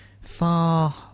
far